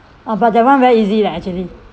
oh but that one very easy leh actually